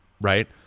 right